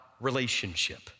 relationship